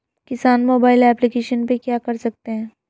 किसान mobile application पे क्या क्या कर सकते हैं?